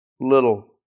little